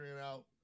out